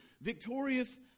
Victorious